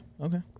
okay